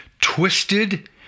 twisted